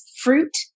fruit